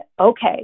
okay